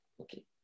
Okay